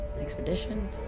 Expedition